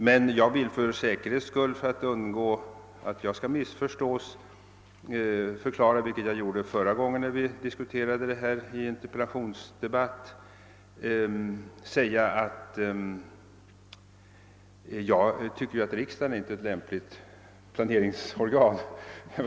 Men jag vill för säkerhets skull och för att undgå att bli missförstådd förklara — vilket jag gjorde förra gången när vi diskuterade denna fråga i en interpellationsdebatt — att jag tycker att riksdagen inte är ett lämpligt planeringsorgan.